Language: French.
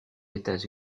états